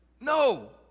no